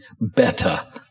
better